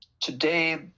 today